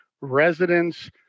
residents